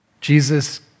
Jesus